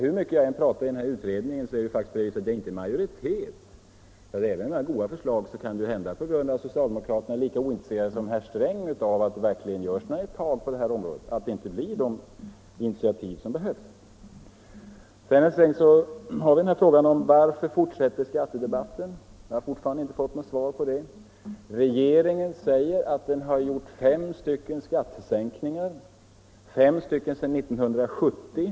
Hur mycket jag än talar i utredningen, kvarstår faktiskt det förhållandet att jag inte där företräder en majoritet. Även om jag har goda förslag, kan det hända att socialdemokraterna i utredningen, om de är lika ointresserade som herr Sträng av att det verkligen tas några tag på detta område, inte ställer sig bakom de initiativ som behövs. Vidare, herr Sträng, kvarstår frågan varför skattedebatten fortsätter. Jag har ännu inte fått något svar på det. Regeringen säger att den har genomfört fem skattesänkningar sedan 1970.